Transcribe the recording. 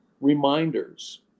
reminders